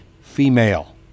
female